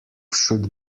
should